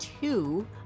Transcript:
two